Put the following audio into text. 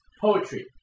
poetry